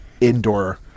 indoor